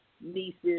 nieces